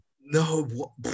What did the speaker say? No